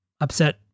upset